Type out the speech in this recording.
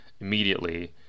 immediately